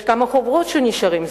יש כמה חוברות שנשארות.